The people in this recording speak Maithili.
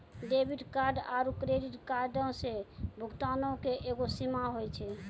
डेबिट कार्ड आरू क्रेडिट कार्डो से भुगतानो के एगो सीमा होय छै